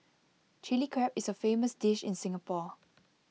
Chilli Crab is A famous dish in Singapore